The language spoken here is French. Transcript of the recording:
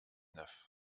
neuf